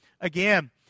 again